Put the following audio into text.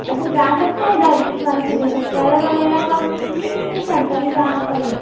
अच्छा जा सकता है इधर इस वाले क़िले पर पैदल वग़ैरह का वो तो नहीं है कि मुझे चढ़ कर ही जाना पड़े